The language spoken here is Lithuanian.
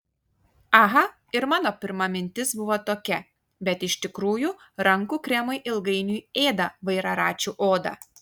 aha ir mano pirma mintis buvo tokia bet iš tikrųjų rankų kremai ilgainiui ėda vairaračių odą